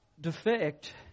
defect